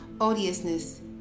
odiousness